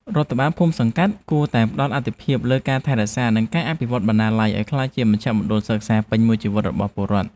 រដ្ឋបាលឃុំសង្កាត់គួរតែផ្តល់អាទិភាពលើការថែរក្សា និងការអភិវឌ្ឍបណ្ណាល័យឱ្យក្លាយជាមជ្ឈមណ្ឌលសិក្សាពេញមួយជីវិតរបស់ពលរដ្ឋ។